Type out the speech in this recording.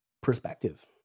Perspective